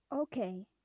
Okay